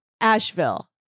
Asheville